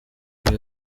bwe